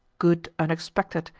good unexpected,